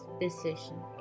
decision